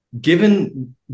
given